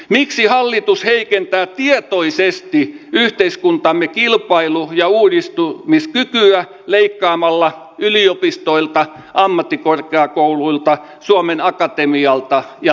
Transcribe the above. miksi hallitus heikentää toisen yhteiskuntamme kilpailu ja uudistuu ja leikkamalla yliopistoilta ammattikorkeakouluilta suomen akatemialta allekirjoittajalle